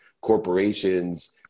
corporations